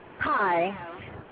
Hi